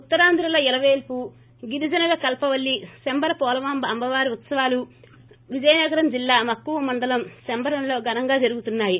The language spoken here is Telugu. ఉత్తరాంధ్రుల ఇలవేల్పు గిరిజనుల కల్పవల్లి శంబర పోలమాంబ అమ్మవారి ఉత్పవాలు విజయనగరం జిల్లా మక్కువ మండలం శంబరంలో ఘనంగా జరుగుతున్నా యి